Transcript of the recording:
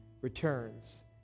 returns